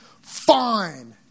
Fine